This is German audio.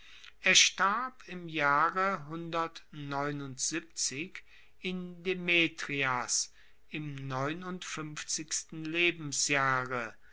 er starb im jahre in demetrias im neunundfuenfzigsten lebensjahre